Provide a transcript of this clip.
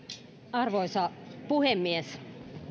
arvoisa puhemies